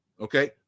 Okay